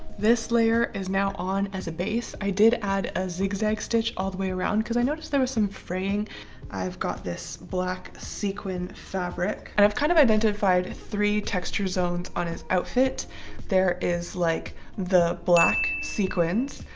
this layer is now on as a base i did add a zig-zag stitch all the way around because i noticed there was some fraying i've got this black sequin fabric and i've kind of identified three texture zones on his outfit there is like the black sequins,